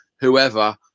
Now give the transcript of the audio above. whoever